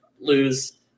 lose